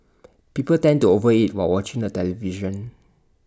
people tend to over eat while watching the television